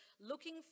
looking